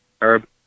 Herb